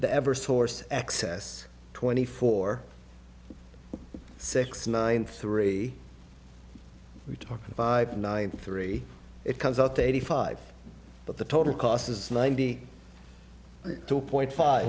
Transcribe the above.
the ever source excess twenty four six nine three we're talking five nine three it comes out the eighty five but the total cost is ninety two point five